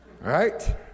Right